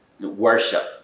Worship